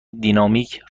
دینامیک